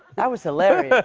that was hilarious.